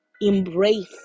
Embrace